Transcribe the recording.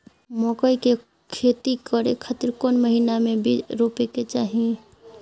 मकई के खेती करें खातिर कौन महीना में बीज रोपे के चाही?